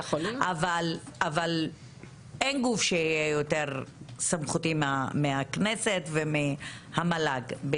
אבל אין גוף שיהיה יותר סמכותי מהכנסת ומהמל"ג.